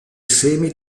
semi